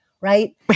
right